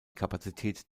kapazität